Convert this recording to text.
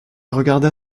regarda